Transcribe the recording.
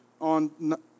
on